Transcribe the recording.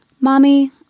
Mommy